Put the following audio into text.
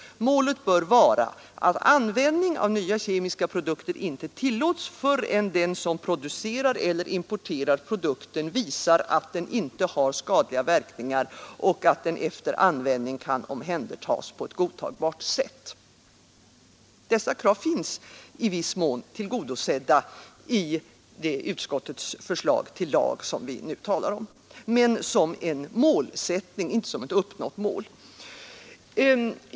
Målet bör vara, att användning av nya kemiska produkter inte tillåts, förrän den som producerar eller importerar produkten visar att den inte har skadliga verkningar, och att den efter användning kan omhändertas på ett godtagbart sätt.” Dessa krav finns i viss mån tillgodosedda i det utskottets förslag till lag som vi nu talar om men som en målsättning, inte som ett uppnått mål.